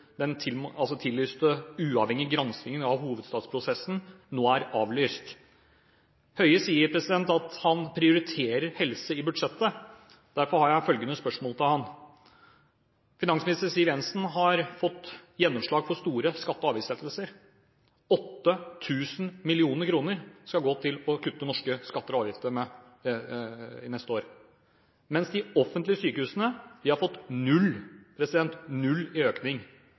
den tillyste uavhengige granskingen av hovedstadsprosessen ble avlyst. Høie sier at han prioriterer helse i budsjettet, og derfor har jeg følgende spørsmål til ham: Finansminister Siv Jensen har fått gjennomslag for store skatte- og avgiftslettelser. 8 000 mill. kr skal gå til å kutte norske skatter og avgifter neste år, mens de offentlige sykehusene har fått 0 – null – i økning.